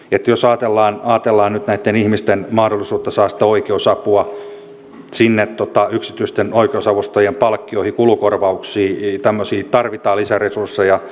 jos ajatellaan nyt näitten ihmisten mahdollisuutta saada oikeusapua sinne yksityisten oikeusavustajien palkkioihin kulukorvauksiin tämmöisiin niin tarvitaan lisäresursseja